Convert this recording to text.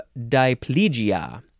diplegia